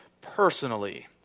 Personally